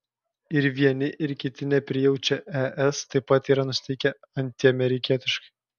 ir vieni ir kiti neprijaučia es taip pat yra nusiteikę antiamerikietiškai